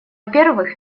первых